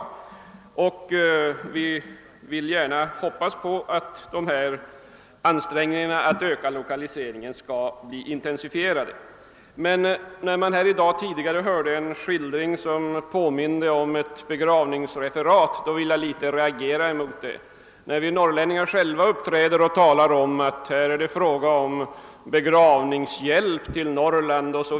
Vi hoppas att ansträngningarna att öka lokaliseringen skall intensifieras. Men när jag tidigare i dag hörde en skildring som påminde om ett begravningstal reagerade jag litet. Om vi norrlänningar själva säger att det är fråga om begravningshjälp till Norrland o.s.